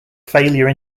failure